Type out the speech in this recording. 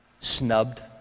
snubbed